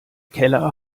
keller